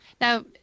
Now